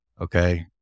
Okay